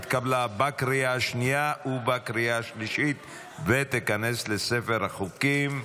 התקבלה בקריאה השנייה ובקריאה השלישית ותיכנס לספר החוקים.